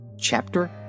Chapter